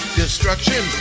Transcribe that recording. destruction